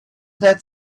that